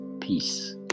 Peace